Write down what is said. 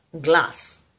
glass